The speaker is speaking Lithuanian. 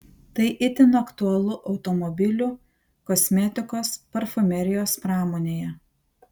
tai itin aktualu automobilių kosmetikos parfumerijos pramonėje